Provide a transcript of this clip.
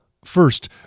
First